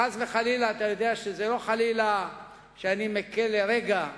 וחס וחלילה, אתה יודע שזה לא חלילה שאני מקל לרגע,